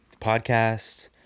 podcast